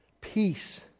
peace